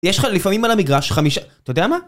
יש לך לפעמים על המגרש חמישה, אתה יודע מה?